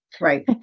Right